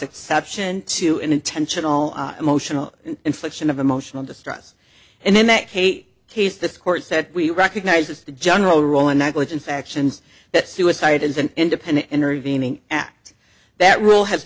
exception to an intentional emotional infliction of emotional distress and then that kate case this court said we recognize this the general rule in negligence actions that suicide is an independent intervening act that rule has